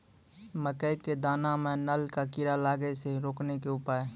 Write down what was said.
मकई के दाना मां नल का कीड़ा लागे से रोकने के उपाय?